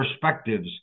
perspectives